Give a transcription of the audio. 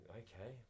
okay